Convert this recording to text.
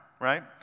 right